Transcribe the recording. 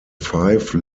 five